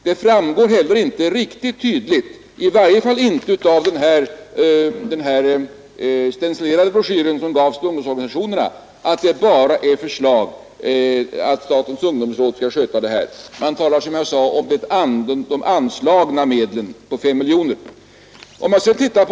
Det framgår heller inte riktigt tydligt, i varje fall inte av den stencilerade PM som gavs till ungdomsorganisationerna, att det bara är ett förslag att statens ungdomsråd skall sköta verksamheten. Det talas, som jag sade, om de anslagna medlen på 5 miljoner kronor.